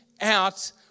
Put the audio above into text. out